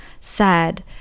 sad